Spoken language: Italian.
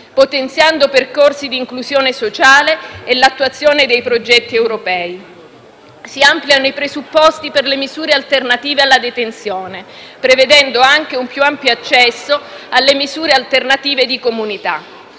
potenziando percorsi di inclusione sociale e l'attuazione dei progetti europei. Si ampliano i presupposti per le misure alternative alla detenzione, prevedendo anche un più ampio accesso alle misure alternative di comunità.